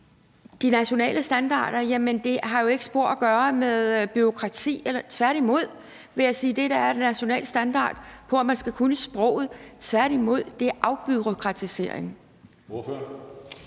de nationale standarder jo ikke har spor at gøre med bureaukrati. Tværtimod, vil jeg sige. Det er da en national standard, at man skal kunne sproget, og det er da tværtimod afbureaukratisering.